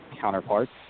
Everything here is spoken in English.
counterparts